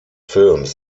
films